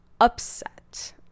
upset